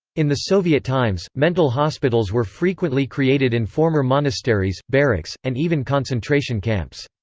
in the soviet times, mental hospitals were frequently created in former monasteries, barracks, and even concentration camps.